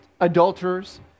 adulterers